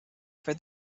for